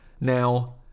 Now